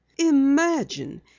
Imagine